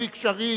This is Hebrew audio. בלי קשרים,